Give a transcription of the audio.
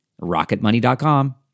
Rocketmoney.com